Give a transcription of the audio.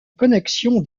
connexion